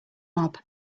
mob